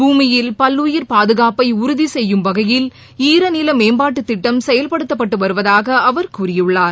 பூமியில் பல்லுயிர் பாதுகாப்பை உறுதி செய்யும் வகையில் ஈரநில மேம்பாட்டுத் திட்டம் செயல்படுத்தப்பட்டு வருவதாக அவர் கூறியுள்ளார்